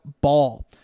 ball